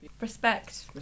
respect